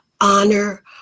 Honor